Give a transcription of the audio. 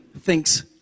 thinks